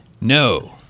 No